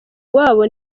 iwabo